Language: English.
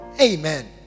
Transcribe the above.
Amen